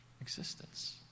existence